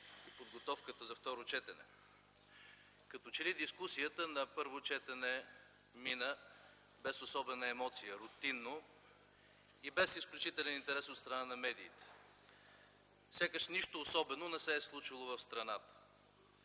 и подготовката за второ четене. Като че ли дискусията на първо четене мина без особена емоция, рутинно и без изключителен интерес от страна на медиите. Сякаш нищо особено не се е случило в страната.